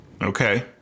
Okay